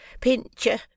Pincher